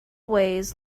ways